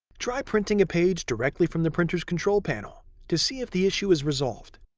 try printing a page directly from the printer's control panel to see if the issue is resolved.